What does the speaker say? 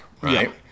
right